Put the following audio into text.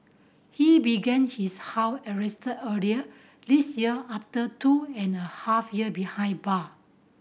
he began his house arrest earlier this year after two and a half year behind bar